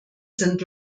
sind